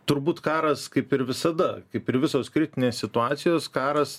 turbūt karas kaip ir visada kaip ir visos kritinės situacijos karas